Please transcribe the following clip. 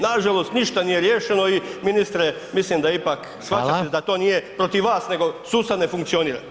Nažalost ništa nije riješeno i ministre mislim da ipak shvaćate da to nije protiv vas nego sustav ne funkcionira.